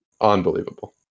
unbelievable